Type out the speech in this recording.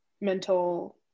mental